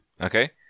okay